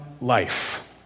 life